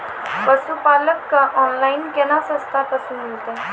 पशुपालक कऽ ऑनलाइन केना सस्ता पसु मिलतै?